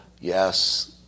yes